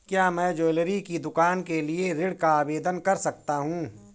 क्या मैं ज्वैलरी की दुकान के लिए ऋण का आवेदन कर सकता हूँ?